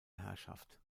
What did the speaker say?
herrschaft